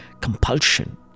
compulsion